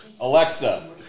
Alexa